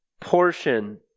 portion